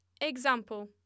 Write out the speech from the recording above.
Example